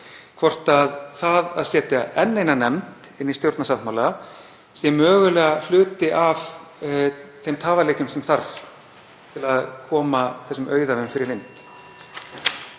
hvort það að setja enn eina nefnd í stjórnarsáttmála sé mögulega hluti af þeim tafaleikjum sem þarf til að koma þessum auðæfum fyrir vind.